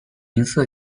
银色